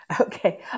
Okay